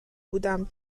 بودم